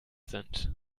sind